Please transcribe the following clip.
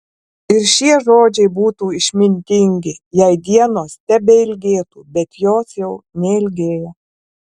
ir šie žodžiai būtų išmintingi jei dienos tebeilgėtų bet jos jau neilgėja